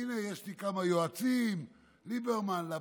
הינה, יש לי כמה יועצים: ליברמן, לפיד,